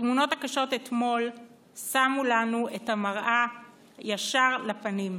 התמונות הקשות אתמול שמו לנו את המראה ישר בפנים.